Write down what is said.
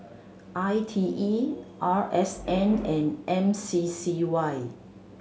I T E R S N and M C C Y